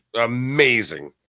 amazing